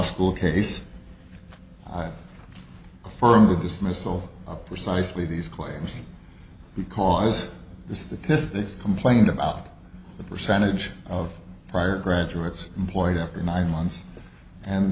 school case affirm the dismissal of precisely these claims because the statistics complained about the percentage of prior graduates employed after nine months and